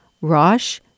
Rosh